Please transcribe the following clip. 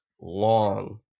long